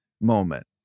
moment